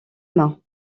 main